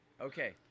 Okay